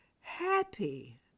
Happy